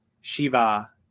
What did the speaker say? Shiva